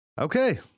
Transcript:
Okay